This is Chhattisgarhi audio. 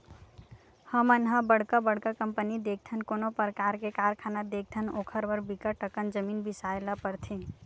हमन ह बड़का बड़का कंपनी देखथन, कोनो परकार के कारखाना देखथन ओखर बर बिकट अकन जमीन बिसाए ल परथे